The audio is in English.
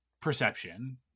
perception